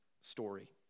story